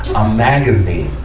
a magazine,